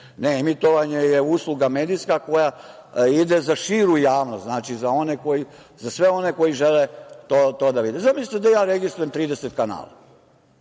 Ne, emitovanje je usluga medijska koja ide za širu javnost, znači, za sve oni koji žele to da vide. Zamislite da ja registrujem 30 kanala.